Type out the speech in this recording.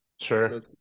sure